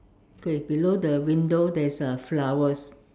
K below the window there's uh flowers